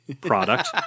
product